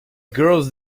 girls